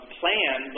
plan